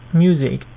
music